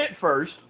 first